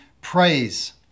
praise